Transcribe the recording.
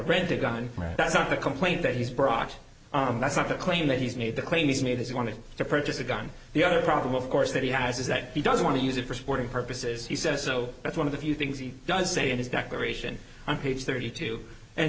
rent a gun that's not the complaint that he's brought that's not the claim that he's made the claim is made that he wanted to purchase a gun the other problem of course that he has is that he doesn't want to use it for sporting purposes he says so that's one of the few things he does say in his declaration on page thirty two and